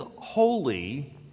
holy